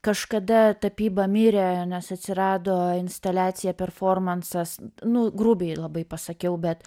kažkada tapyba mirė nes atsirado instaliacija performansas nu grubiai labai pasakiau bet